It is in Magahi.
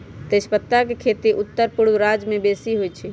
तजपत्ता के खेती उत्तरपूर्व राज्यमें बेशी होइ छइ